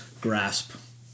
grasp